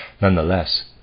Nonetheless